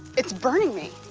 it's burning me.